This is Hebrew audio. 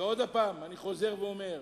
ושוב, אני חוזר ואומר,